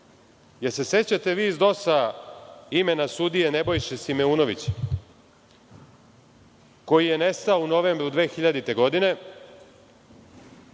li se sećate vi iz DOS imena sudije Nebojše Simeunovića, koji je nestao u novembru 2000. godine,